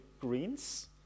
Greens